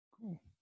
Cool